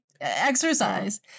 exercise